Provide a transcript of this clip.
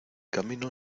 camino